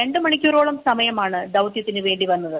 രണ്ട് മണിക്കൂറിനടുത്ത് സമയമാണ് ദൌത്യത്തിന് വേണ്ടി വന്നത്